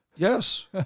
Yes